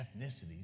ethnicities